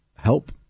help